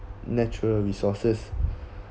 natural resources